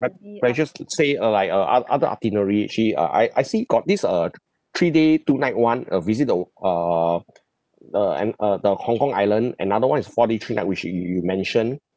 prep~ pressures to say uh like uh o~ other itinerary actually uh I I see got this err three day two night [one] uh visit the w~ uh uh and uh the hong kong island another [one] is four day three night which you you you mention